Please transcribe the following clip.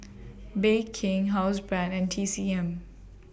Bake King Housebrand and T C M